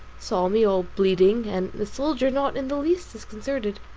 saw me all bleeding, and the soldier not in the least disconcerted.